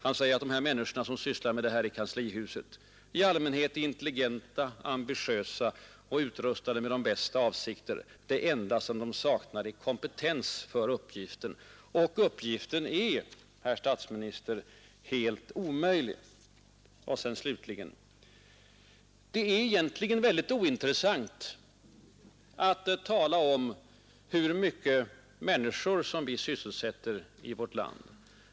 Han säger att de människor som sysslar med dessa saker i kanslihuset ”i allmänhet är intelligenta, ambitiösa och utrustade med de bästa avsikter; det enda som de saknar är kompetens för uppgiften”. Uppgiften är, herr statsminister, helt omöjlig. Det är egentligen väldigt ointressant att tala om hur många människor vi sysselsätter i vårt land.